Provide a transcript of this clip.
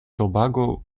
тобаго